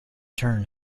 turn